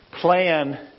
plan